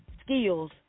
skills